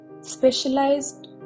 specialized